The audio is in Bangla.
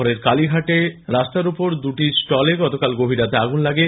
শহরের কালীঘাট এলাকায় রাস্তার উপর দুটি স্টলে গতকাল গভীররাতে আগুন লাগে